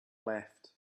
left